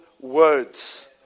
words